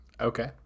Okay